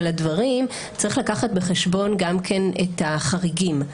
הדברים צריך לקחת בחשבון גם כן את החריגים.